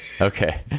Okay